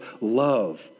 love